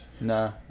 Nah